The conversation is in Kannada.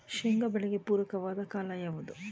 ಶೇಂಗಾ ಬೆಳೆಗೆ ಪೂರಕವಾದ ಕಾಲ ಯಾವುದು?